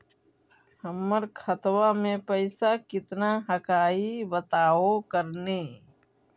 हमर खतवा में पैसा कितना हकाई बताहो करने?